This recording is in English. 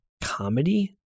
comedy